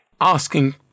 asking